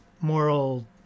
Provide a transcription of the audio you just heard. moral